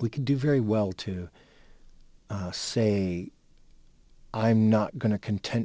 we could do very well to say i'm not going to content